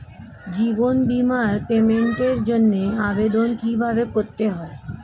জীবন বীমার পেমেন্টের জন্য আবেদন কিভাবে করতে হয়?